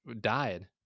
died